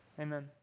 Amen